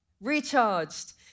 recharged